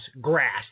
grass